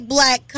Black